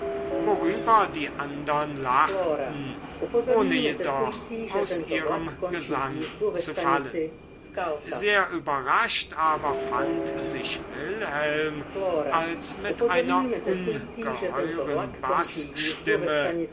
worüber die andern lachten ohne jedoch aus ihrem gesang zu fallen sehr überrascht aber fand sich wilhelm als mit einer ungeheuren